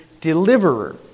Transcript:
deliverer